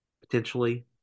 potentially